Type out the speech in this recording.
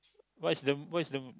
what is the what is the